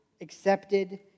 accepted